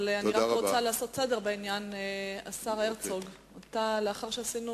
אבל אני רוצה לעשות סדר: השר הרצוג, לאחר שעשינו